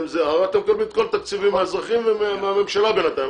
הרי אתם מביאים את כל התקציבים האזרחיים מהממשלה בינתיים,